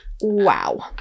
Wow